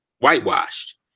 whitewashed